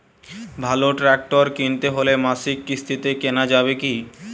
ভালো ট্রাক্টর কিনতে হলে মাসিক কিস্তিতে কেনা যাবে কি?